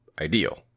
ideal